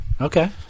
Okay